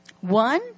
One